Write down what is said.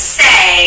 say